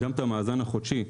גם את המאזן החודשי,